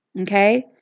Okay